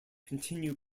continue